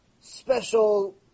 special